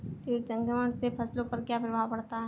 कीट संक्रमण से फसलों पर क्या प्रभाव पड़ता है?